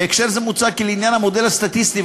בהקשר זה מוצע כי לעניין המודל הסטטיסטי,